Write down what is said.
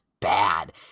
bad